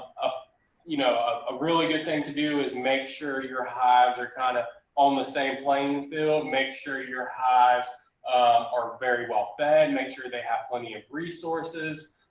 ah you know, a really good thing to do is make sure your hives are kind of on the same playing field. make sure your hives are very well fed and make sure they have plenty of resources.